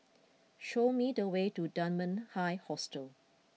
show me the way to Dunman High Hostel